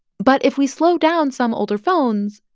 but if we slow down some older phones,